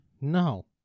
No